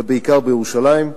ובעיקר בירושלים,